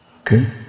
Okay